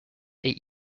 eight